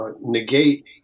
negate